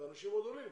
אנשים עוד עולים.